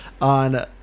on